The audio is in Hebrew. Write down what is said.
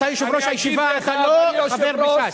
אתה יושב-ראש הישיבה, אתה לא חבר בש"ס.